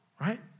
right